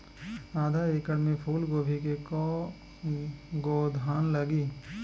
आधा एकड़ में फूलगोभी के कव गो थान लागी?